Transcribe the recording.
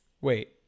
wait